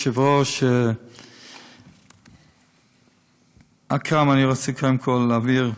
אדוני היושב-ראש, אכרם, אני רוצה להבהיר,